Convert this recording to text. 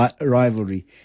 rivalry